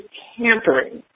tampering